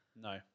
No